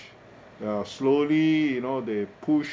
uh slowly you know they push